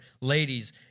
ladies